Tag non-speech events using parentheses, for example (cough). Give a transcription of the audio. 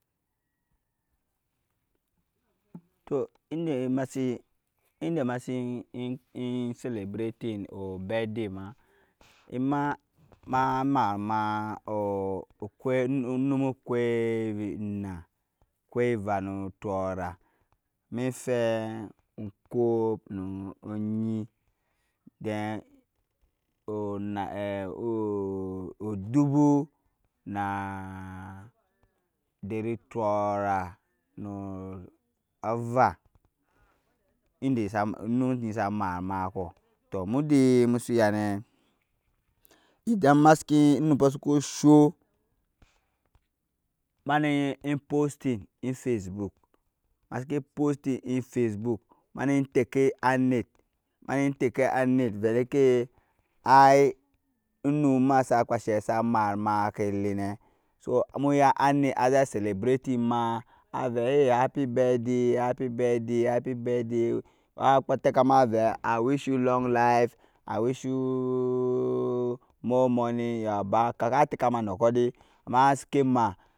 tɔɔ ɛndɛ masi ɛndɛ masi (hesitation) celebriting o birth day ma a mar ma o num ugwɛiva nu (unintelligible) gɔɔra mɛfɛi kɔɔpnu jyɛ then o (hesitation) dubu na dɛri gɔɔra na ava (unintelligible) onum jayi sa mar ema kɔɔ tɔɔ muda mu su yanɛ ɛdan onupɔɔ sukubo shɔɔ mani posting in facebook masin ki podting in facebook mani takɛ anɛt bɛ dai kɛ ai onuma sa kpashɛ sa mar ma kɛnɛ ɛlɛnɛ so mu ya anɛɛ a zɛi celebrating ma avɛ happy birth da happy birth day tɛkama vɛ i wish you long life i wish you more money in your bank ka tɛkama nɔɔ kɔɔ dai amasi kima,